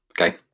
okay